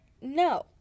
No